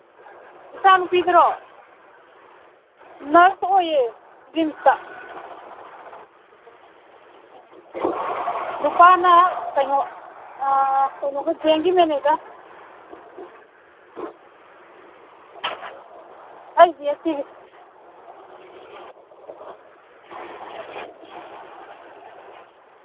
ꯏꯆꯥꯅꯨꯄꯤꯗꯨꯔꯣ nurse ꯑꯣꯏꯌꯦ ꯔꯤꯝꯁꯇ ꯅꯨꯄꯥꯅ ꯀꯩꯅꯣ ꯀꯩꯅꯣ ꯕꯦꯡꯀꯤ ꯃꯦꯅꯦꯖꯔ ꯍꯩꯁ ꯗꯤ ꯑꯦꯐ ꯁꯤꯒꯤ